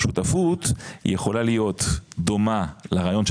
שותפות היא יכולה להיות דומה לרעיון של